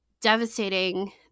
devastating